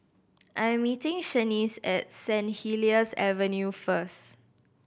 I'm meeting Shaniece at St Helier's Avenue first